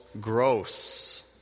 gross